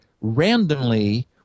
randomly